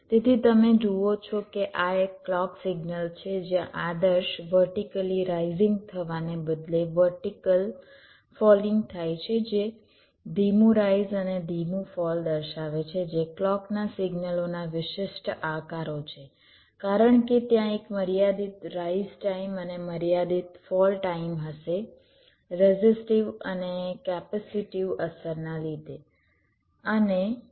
તેથી તમે જુઓ છો કે આ એક ક્લૉક સિગ્નલ છે જ્યાં આદર્શ વર્ટિકલી રાઇઝિંગ થવાને બદલે વર્ટિકલ ફોલિંગ થાય છે જે ધીમું રાઇઝ અને ધીમું ફોલ દર્શાવે છે જે ક્લૉકના સિગ્નલોના વિશિષ્ટ આકારો છે કારણ કે ત્યાં એક મર્યાદિત રાઇઝ ટાઇમ અને મર્યાદિત ફોલ ટાઇમ હશે રેઝિસ્ટિવ અને કેપેસિટીવ અસરના લીધે